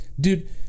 dude